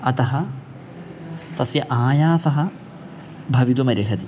अतः तस्य आयासः भवितुमर्हति